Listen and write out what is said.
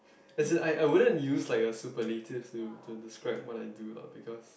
as in I I wouldn't use like a superlative to to describe what I do lah because